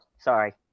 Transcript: sorry